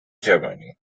germany